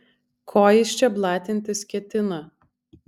ko jis čia blatintis ketina